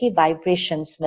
vibrations